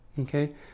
Okay